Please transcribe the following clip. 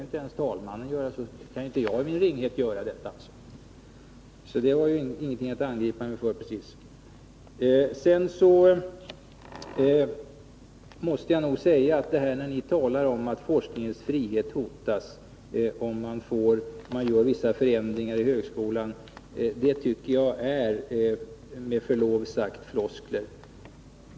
Inte ens talmannen kan hindra honom, och då kan inte jag i min ringhet göra det. Ert tal om att forskningens frihet hotas om man gör vissa förändringar i högskolan tycker jag, med förlov sagt, är floskler.